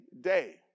day